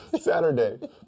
Saturday